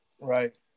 right